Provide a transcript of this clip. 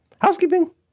housekeeping